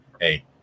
Hey